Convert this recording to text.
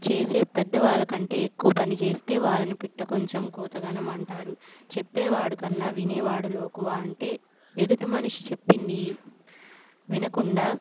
చేసే పెద్ద వాళ్ళ కంటే ఎక్కువ పని చేస్తే వాళ్ళని పిట్ట కొంచెం కూత ఘనం అంటారు చెప్పేవాడు కన్నా వినేవాడు లోకువ అంటే ఎదుటి మనిషి చెప్పింది వినకుండా